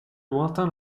lointain